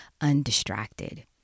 Undistracted